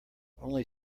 only